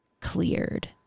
cleared